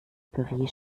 püree